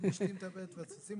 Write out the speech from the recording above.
אשתי מטפלת בטפסים,